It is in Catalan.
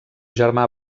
germà